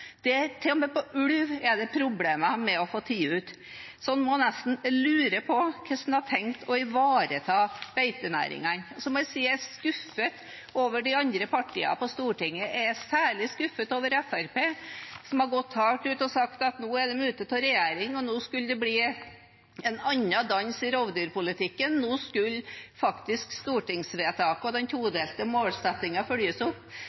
ulv er det problemer med å få tatt ut. Så man må nesten lure på hvordan man har tenkt å ivareta beitenæringene. Så må jeg si at jeg er skuffet over de andre partiene på Stortinget. Jeg er særlig skuffet over Fremskrittspartiet, som har gått hardt ut og sagt at nå er de ute av regjering, og nå skulle det bli en annen dans i rovdyrpolitikken. Nå skulle faktisk stortingsvedtaket og den todelte målsettingen følges opp.